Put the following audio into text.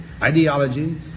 ideology